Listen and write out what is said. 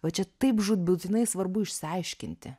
va čia taip žūtbūtinai svarbu išsiaiškinti